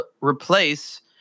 replace